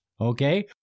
Okay